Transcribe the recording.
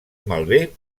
malbé